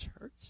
church